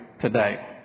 today